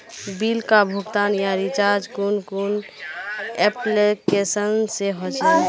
Bill का भुगतान या रिचार्ज कुन कुन एप्लिकेशन से होचे?